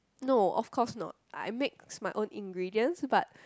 no of course not I make my own ingredient but